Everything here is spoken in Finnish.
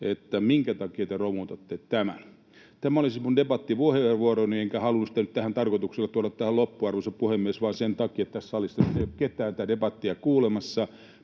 minkä takia te romutatte tämän? Tämä oli minun debattipuheenvuoroni, enkä halunnut sitä nyt tarkoituksella tuoda tähän loppuun, arvoisa puhemies, sen takia, että tässä salissa nyt ei ole ketään tätä debattia kuulemassa.